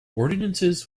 ordinances